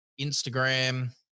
Instagram